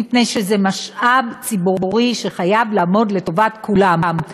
מפני שזה משאב ציבורי שחייב לעמוד לטובת כולם.